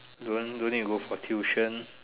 don't don't need to go for tuition